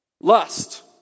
lust